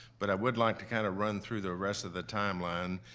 but i would like to kind of run through the rest of the timeline.